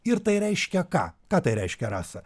ir tai reiškia ką ką tai reiškia rasa